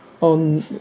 on